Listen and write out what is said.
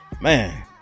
Man